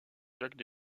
jacques